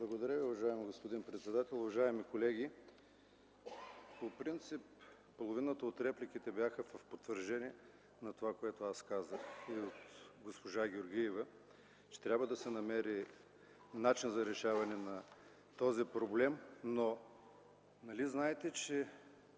Благодаря Ви. Уважаеми господин председател, уважаеми колеги! По принцип половината от репликите бяха в потвърждение на това, което казах аз и госпожа Георгиева – че трябва да се намери начин за решаване на този проблем. Но нали знаете, че